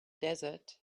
desert